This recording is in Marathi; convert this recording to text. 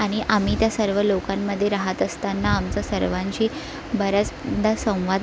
आणि आम्ही त्या सर्व लोकांमध्ये राहत असताना आमचा सर्वांशी बऱ्याचदा संवाद